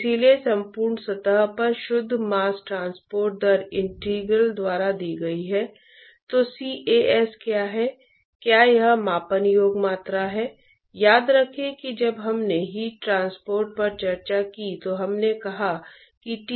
इसलिए वास्तव में कन्वेक्शन वर्धित हीट ट्रांसपोर्ट के विभिन्न पहलुओं को करते हुए साथ ही साथ बड़े पैमाने पर ट्रांसपोर्ट प्रक्रियाओं की मात्रा का ठहराव भी देखेंगे